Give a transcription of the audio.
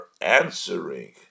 answering